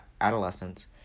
adolescents